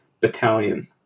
battalion